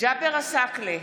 ג'אבר עסאקלה,